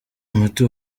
muti